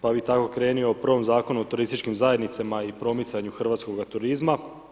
Pa bi tako krenuo o prvom Zakonu o turističkim zajednicama i promicanju hrvatskog turizma.